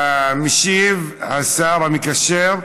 המשיב הוא השר המקשר,